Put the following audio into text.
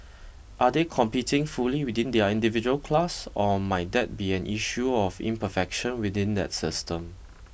are they competing fully within their individual class or might that be an issue of imperfection within that system